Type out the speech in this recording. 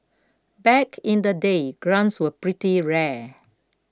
back in the day grants were pretty rare